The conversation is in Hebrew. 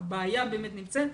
שהבעיה באמת נמצאת.